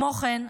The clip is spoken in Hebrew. כמו כן,